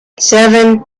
seven